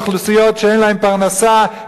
אוכלוסיות שאין להן פרנסה,